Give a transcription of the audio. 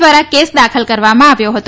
દ્વારા કેસ દાખલ કરવામાં આવ્યો હતો